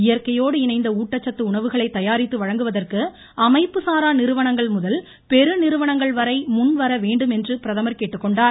இயற்கையோடு இணைந்த ஊட்டச்சத்து உணவுகளை தயாரித்து வழங்குவதற்கு அமைப்புசாரா நிறுவனங்கள்முதல் பெரு நிறுவனங்கள்வரை முன் வர வேண்டும் என பிரதமர் கேட்டுக்கொண்டார்